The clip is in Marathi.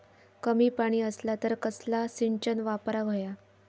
कमी पाणी असला तर कसला सिंचन वापराक होया?